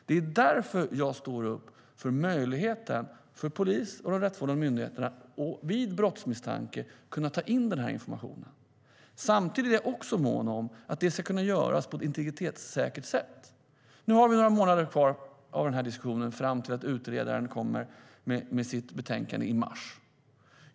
Det är därför som jag står upp för att polisen och de rättsvårdande myndigheterna vid brottsmisstanke ska ha möjlighet att ta in denna information. Samtidigt är jag mån om att det ska kunna göras på ett integritetssäkert sätt. Nu har vi några månader kvar för denna diskussion fram till att utredaren kommer med sitt betänkande i mars.